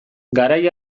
garai